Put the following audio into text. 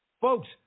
Folks